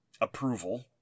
approval